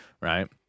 Right